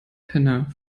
penner